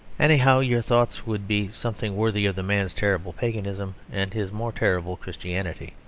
anyhow, your thoughts would be something worthy of the man's terrible paganism and his more terrible christianity.